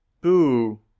boo